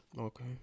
Okay